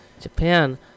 Japan